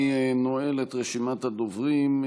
אני נועל את רשימת הדוברים.